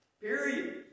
Period